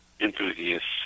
enthusiasts